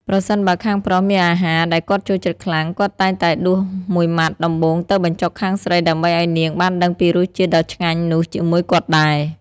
ប្រសិនបើខាងប្រុសមានអាហារដែលគាត់ចូលចិត្តខ្លាំង គាត់តែងតែដួសមួយម៉ាត់ដំបូងទៅបញ្ចុកខាងស្រី ដើម្បីឱ្យនាងបានដឹងពីរសជាតិដ៏ឆ្ងាញ់នោះជាមួយគាត់ដែរ។